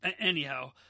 anyhow